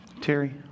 Terry